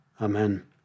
Amen